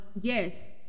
Yes